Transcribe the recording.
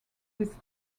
this